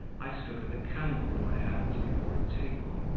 i stood with a candle in my hands before a table,